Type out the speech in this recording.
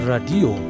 Radio